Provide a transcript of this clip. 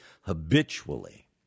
habitually